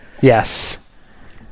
Yes